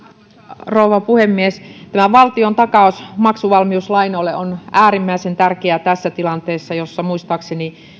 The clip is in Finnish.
rouva puhemies tämä valtiontakaus maksuvalmiuslainoille on äärimmäisen tärkeä tässä tilanteessa jossa muistaakseni